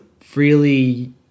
freely